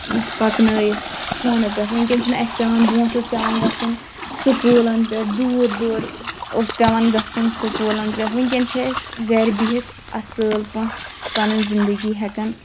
پَکنٲیِتھ فونو پؠٹھ وٕنکؠن چھنہٕ اسہِ پؠوان برٛونٛٹھ اوس پؠوان گَژھُن سکوٗلَن پؠٹھ دوٗر دوٗر اوس پؠوان گژھُن سکوٗلَن پؠٹھ وٕنٛکؠن چھ أسۍ گرِ بِہِتھ اصل پٲٹھۍ پَنٕنۍ زِنٛدگی ہؠکان